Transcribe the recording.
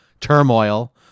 turmoil